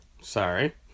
Sorry